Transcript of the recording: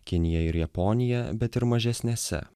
kinija ir japonija bet ir mažesnėse